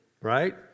Right